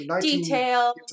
detail